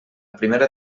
primera